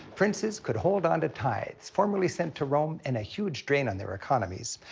princes could hold onto tithes formerly sent to rome and a huge drain on their economies.